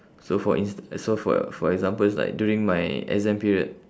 so for ins~ so for for example it's like during my exam period